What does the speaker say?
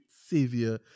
savior